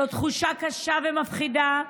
זאת תחושה קשה ומפחידה,